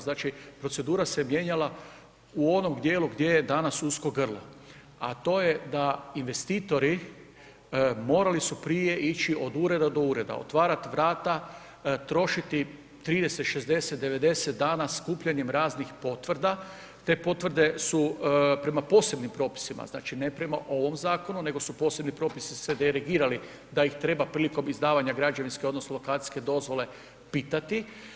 Znači procedura se mijenjala u onome djelu gdje je danas usko grlo a to ej da investitori morali su prije ići od ureda do ureda, otvarati vrata, trošiti 30, 60, 90 dana skupljanjem raznih potvrda, te potvrde su prema posebnim propisima znači ne prema ovom zakonu nego su posebni propisi se derogirali da ih treba prilikom izdavanja građevinske odnosno lokacijske dozvole pitati.